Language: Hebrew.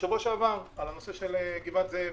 משבוע שעבר על נושא גבעת זאב,